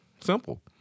Simple